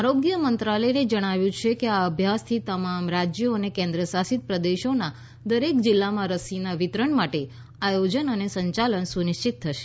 આરોગ્ય મંત્રાલયે જણાવ્યું છે કે આ અભ્યાસથી તમામ રાજ્યો અને કેન્દ્ર શાસિત પ્રદેશોના દરેક જિલ્લામાં રસીના વિતરણ માટે આયોજન અને સંચાલન સુનિશ્ચિત થશે